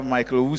Michael